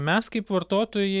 mes kaip vartotojai